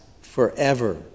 forever